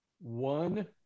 one